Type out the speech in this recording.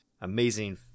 amazing